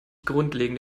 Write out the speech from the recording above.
grundlegend